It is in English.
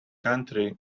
country